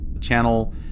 channel